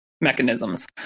mechanisms